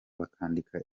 bakandika